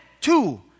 two